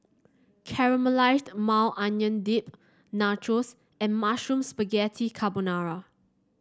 Caramelized Maui Onion Dip Nachos and Mushroom Spaghetti Carbonara